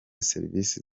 serivisi